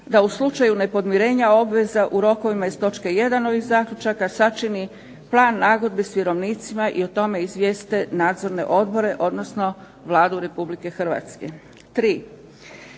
da u slučaju nepodmirenja obveza u rokovima iz točke 1. ovih zaključaka sačini plan nagodbe s vjerovnicima i o tome izvijeste nadzorne odbore, odnosno Vladu Republike Hrvatske.